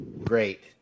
Great